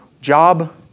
job